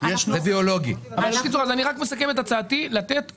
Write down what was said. אני מסכם את הצעתי: לתת אופציה,